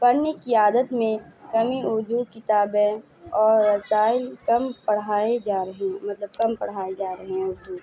پڑھنے کی عادت میں کمی اردو کتابیں اور رسائل کم پڑھائے جا رہے ہیں مطلب کم پڑھائے جا رہے ہیں اردو